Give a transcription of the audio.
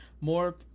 more